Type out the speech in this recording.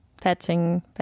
patching